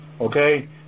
okay